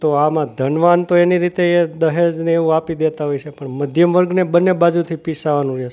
તો આમાં ધનવાન તો એની રીતે દહેજ ને એવું આપી દેતા હોય છે પણ મધ્યમ વર્ગને બંને બાજુથી પીસાવાનું રહે છે